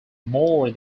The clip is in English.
more